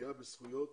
בפגיעה זכויות